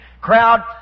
crowd